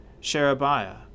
Sherebiah